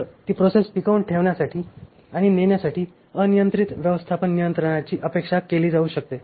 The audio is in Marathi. तर ती प्रोसेस टिकवून ठेवण्यासाठी आणि नेण्यासाठी अनियंत्रित व्यवस्थापन नियंत्रणाची अपेक्षा केली जाऊ शकते